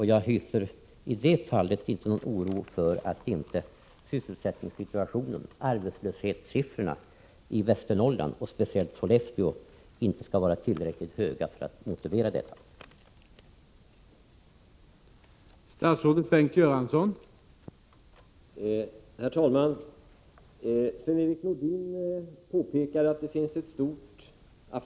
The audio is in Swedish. Jag hyser inte någon oro för att inte arbetslöshetssiffrorna i Västernorrland och speciellt i Sollefteå skulle vara tillräckligt höga för att motivera anslaget.